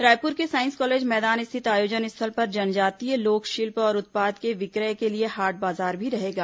रायपुर के साईस कॉलेज मैदान स्थित आयोजन स्थल पर जनजातीय लोक शिल्प और उत्पाद के विक्रय के लिए हाट बाजार भी रहेगा